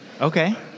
Okay